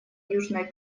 южный